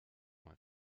mal